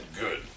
good